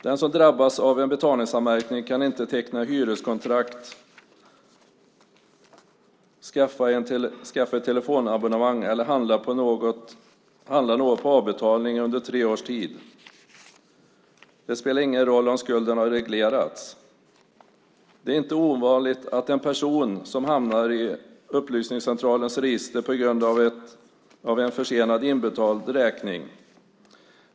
Den som drabbas av en betalningsanmärkning kan inte teckna hyreskontrakt, skaffa ett telefonabonnemang eller handla något på avbetalning under tre års tid. Det spelar ingen roll om skulden har reglerats. Det är inte ovanligt att en person hamnar i Upplysningscentralens register på grund av en för sent inbetald räkning.